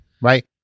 right